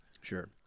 Sure